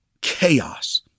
Chaos